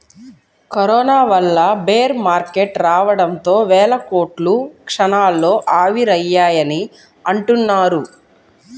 corona వల్ల bear market రావడంతో వేల కోట్లు క్షణాల్లో ఆవిరయ్యాయని అంటున్నారు